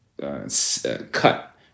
cut